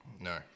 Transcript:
no